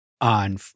on